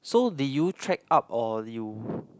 so did you trek up or you